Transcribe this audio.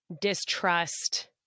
distrust